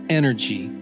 energy